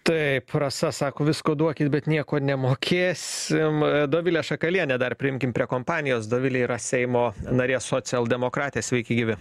taip rasa sako visko duokit bet nieko nemokėsim dovilė šakalienė dar priimkim prie kompanijos dovilė yra seimo narė socialdemokratė sveiki gyvi